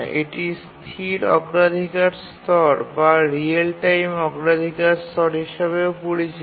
এটি স্থির অগ্রাধিকার স্তর বা রিয়েল টাইম অগ্রাধিকার স্তর হিসাবেও পরিচিত